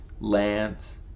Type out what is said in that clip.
Lance